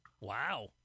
Wow